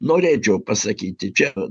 norėčiau pasakyti čia